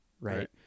right